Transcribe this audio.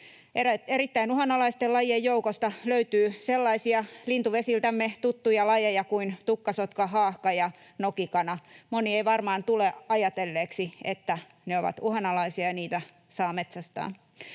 Erittäin uhanalaisten lajien joukosta löytyy sellaisia lintuvesiltämme tuttuja lajeja kuin tukkasotka, haahka ja nokikana. Moni ei varmaan tule ajatelleeksi, että ne ovat uhanalaisia ja niitä saa metsästää.